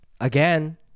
again